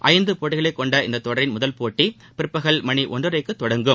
ஐந்து போட்டிகளை கொண்ட இந்தத் தொடரின் முதல் போட்டி பிற்பகல் மணி ஒன்றரைக்கு தொடங்கும்